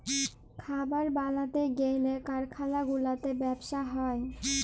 খাবার বালাতে গ্যালে কারখালা গুলাতে ব্যবসা হ্যয়